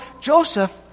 Joseph